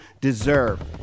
deserve